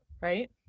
Right